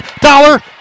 Dollar